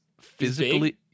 Physically